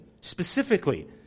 specifically